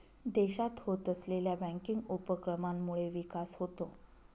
देशात होत असलेल्या बँकिंग उपक्रमांमुळे विकास होतो